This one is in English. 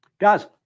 Guys